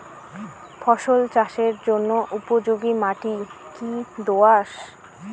ফসল চাষের জন্য উপযোগি মাটি কী দোআঁশ?